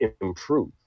improve